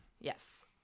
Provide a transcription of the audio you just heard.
Yes